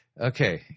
Okay